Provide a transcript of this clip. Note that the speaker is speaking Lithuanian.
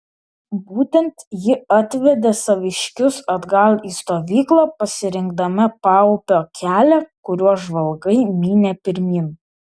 būtent ji atvedė saviškius atgal į stovyklą pasirinkdama paupio kelią kuriuo žvalgai mynė pirmyn